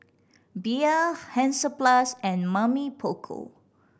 Bia Hansaplast and Mamy Poko